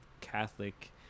Catholic